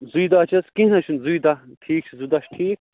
زٕے دۄہ چھِ حظ کیٚنٛہہ نہ حظ چھُنہٕ زٕے دۄہ ٹھیٖک چھُ زٕ دۄہ چھِ ٹھیٖک